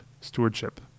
stewardship